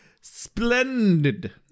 splendid